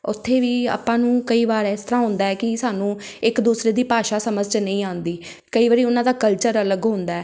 ਉੱਥੇ ਵੀ ਆਪਾਂ ਨੂੰ ਕਈ ਵਾਰ ਇਸ ਤਰ੍ਹਾਂ ਹੁੰਦਾ ਕਿ ਸਾਨੂੰ ਇੱਕ ਦੂਸਰੇ ਦੀ ਭਾਸ਼ਾ ਸਮਝ 'ਚ ਨਹੀਂ ਆਉਂਦੀ ਕਈ ਵਾਰੀ ਉਹਨਾਂ ਦਾ ਕਲਚਰ ਅਲੱਗ ਹੁੰਦਾ ਹੈ